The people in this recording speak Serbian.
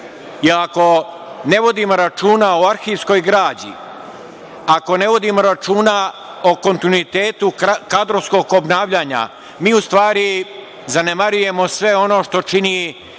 Ako ne vodimo računa o arhivskoj građi, ako ne vodimo računa o kontinuitetu kadrovskog obnavljanja mi u stvari zanemarujemo sve ono što čini